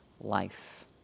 life